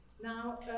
Now